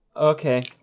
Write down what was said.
Okay